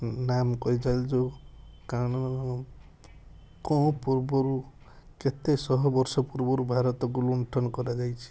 ନାମ କରି ଚାଲିଛୁ କାରଣ କୋ ପୂର୍ବରୁ କେତେ ଶହ ବର୍ଷ ପୂର୍ବରୁ ଭାରତକୁ ଲୁଣ୍ଠନ କରାଯାଇଛି